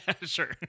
Sure